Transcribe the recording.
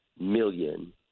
million